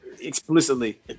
Explicitly